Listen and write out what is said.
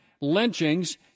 lynchings